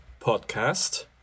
podcast